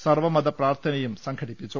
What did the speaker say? സർവ്വമത പ്രാർത്ഥനയും സംഘടിപ്പിച്ചു